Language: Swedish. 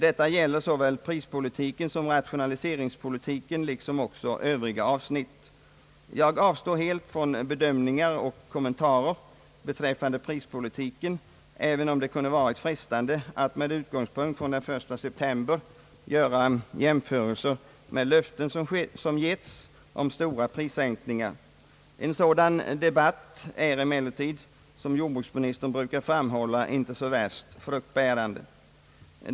Detta gäller såväl prispolitiken som rationaliseringspolitiken liksom övriga avsnitt. Jag avstår helt från bedömningar och kommentarer beträffande prispolitiken, även om det kunde varit frestande att med utgångspunkt från den 1 september göra jämförelser med löften som getts om stora prissänkningar. En sådan diskussion är ju emellertid, som jordbruksministern brukar framhålla, inte så värst fruktbärande.